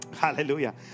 Hallelujah